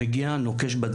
אז הוא מגיע לכתובת,